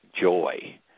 joy